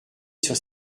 sur